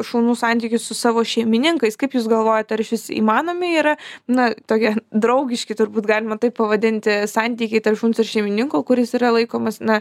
šunų santykius su savo šeimininkais kaip jūs galvojat ar išvis įmanomi yra na tokie draugiški turbūt galima taip pavadinti santykiai tarp šuns ir šeimininko kuris yra laikomas na